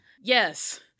Yes